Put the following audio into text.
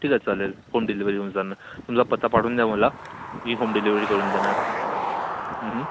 ठीक आहे चालेल होम डिलेव्हरी होऊन जाणार तुमचा पत्ता पाठवून द्या मला मी होम डिलेव्हरी करून देणार हं हं